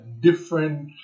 different